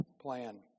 plan